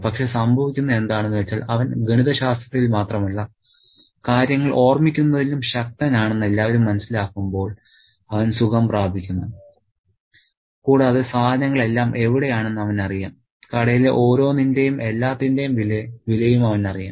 പക്ഷേ സംഭവിക്കുന്നത് എന്താണെന്ന് വെച്ചാൽ അവൻ ഗണിതശാസ്ത്രത്തിൽ മാത്രമല്ല കാര്യങ്ങൾ ഓർമ്മിക്കുന്നതിലും ശക്തനാണെന്ന് എല്ലാവരും മനസ്സിലാക്കുമ്പോൾ അവൻ സുഖം പ്രാപിക്കുന്നു കൂടാതെ സാധനങ്ങൾ എല്ലാം എവിടെയാണെന്ന് അവനറിയാം കടയിലെ ഓരോന്നിന്റെയും എല്ലാത്തിന്റെയും വിലയും അവനറിയാം